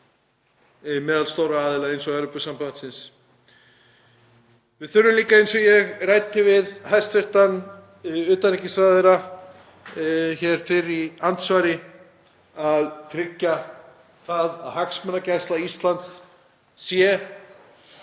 með stórum aðilum eins og Evrópusambandinu. Við þurfum líka, eins og ég ræddi við hæstv. utanríkisráðherra hér fyrr í andsvari, að tryggja það að hagsmunagæsla Íslands sé